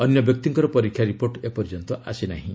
ଅନ୍ୟ ବ୍ୟକ୍ତିଙ୍କର ପରୀକ୍ଷା ରିପୋର୍ଟ ଏପର୍ଯ୍ୟନ୍ତ ଆସି ନାହିଁ